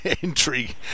intrigue